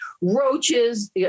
roaches